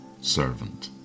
servant